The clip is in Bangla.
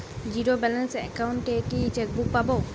জীরো ব্যালেন্স অ্যাকাউন্ট এ কি চেকবুক পাব?